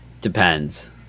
Depends